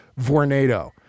Vornado